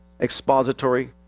expository